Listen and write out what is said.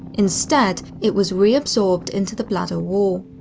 instead, it was reabsorbed into the bladder wall.